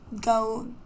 go